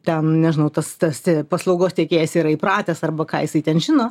ten nežinau tas tas paslaugos teikėjas yra įpratęs arba ką jisai ten žino